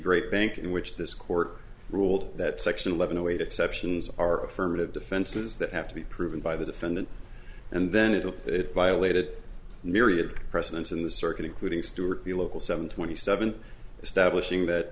great bank in which this court ruled that section eleven the way the exceptions are affirmative defenses that have to be proven by the defendant and then it will it violated myriad precedents in the circuit including stewart the local seven twenty seven establishing that